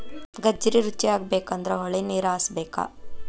ಗಜ್ರಿ ರುಚಿಯಾಗಬೇಕಂದ್ರ ಹೊಳಿನೇರ ಹಾಸಬೇಕ